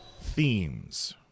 themes